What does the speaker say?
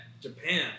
Japan